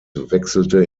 wechselte